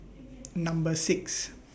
Number six